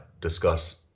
discuss